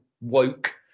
woke